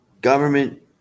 government